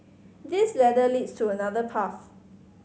this ladder leads to another path